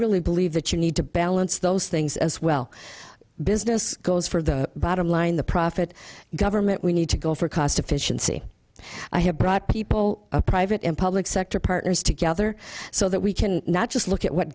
really believe that you need to balance those things as well business goals for the bottom line the profit government we need to go for cost efficiency i have brought people private and public sector partners together so that we can not just look at what